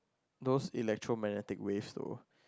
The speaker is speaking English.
those electromagnetic waves though